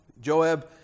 Joab